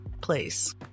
place